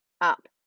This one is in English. Up